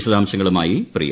വിശദാംശങ്ങളുമായി പ്രിയ